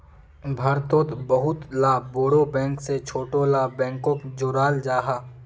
भारतोत बहुत ला बोड़ो बैंक से छोटो ला बैंकोक जोड़ाल जाहा